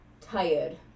tired